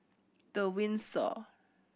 The Windsor